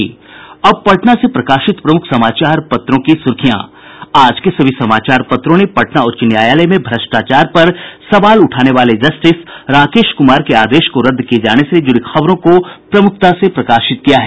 अब पटना से प्रकाशित प्रमुख समाचार पत्रों की सुर्खियां आज के सभी समाचार पत्रों ने पटना उच्च न्यायालय में भ्रष्टाचार पर सवाल उठाने वाले जस्टिस राकेश कुमार के आदेश को रद्द किये जाने से जुड़ी खबरों को प्रमुखता से प्रकाशित किया है